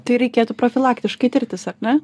tai reikėtų profilaktiškai tirtis ar ne